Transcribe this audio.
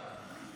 בבקשה.